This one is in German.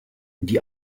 die